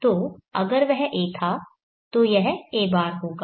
तो अगर वह a था तो यह a बार होगा